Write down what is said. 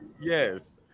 Yes